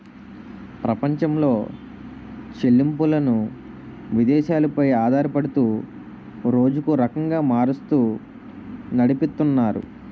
ప్రపంచంలో చెల్లింపులను విదేశాలు పై ఆధారపడుతూ రోజుకో రకంగా మారుస్తూ నడిపితున్నారు